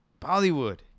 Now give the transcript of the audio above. Bollywood